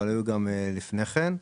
אבל היו גם לפני כן.